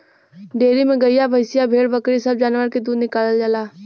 dairy में गइया भईंसिया भेड़ बकरी सब जानवर के दूध निकालल जाला